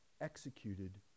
executed